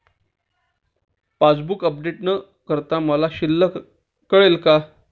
Passbook update न करता मला शिल्लक कळेल का?